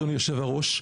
אדוני יושב הראש.